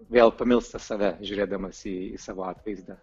vėl pamilsta save žiūrėdamas į savo atvaizdą